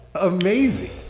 amazing